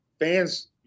fans